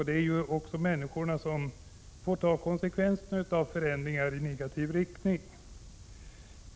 Det är ju människorna som får ta konsekvenserna av förändringar i negativ riktning.